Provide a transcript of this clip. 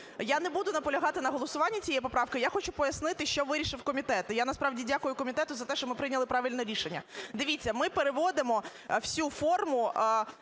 Я не буду наполягати на голосуванні цієї поправки, я хочу пояснити, що вирішив комітет. Я насправді дякую комітету за те, що ми прийняли правильне рішення. Дивіться, ми переводимо всю форму